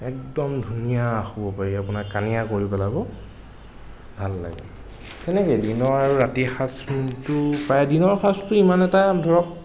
একদম ধুনীয়া শুৱ পাৰি আপোনাৰ কানীয়া কৰি পেলাব ভাল লাগে তেনেকে দিনৰ আৰু ৰাতিৰ সাঁজটো প্ৰায় দিনৰ সাঁজটো ইমান এটা ধৰক